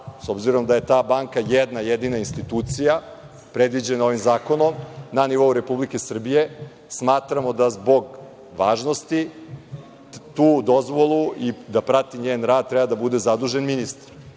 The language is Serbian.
s obzirom da je ta banka jedna jedina institucija, predviđena ovim zakonom, na nivou Republike Srbije. Smatramo da zbog važnosti, tu dozvolu i da prati njen rad, treba da bude zadužen ministar,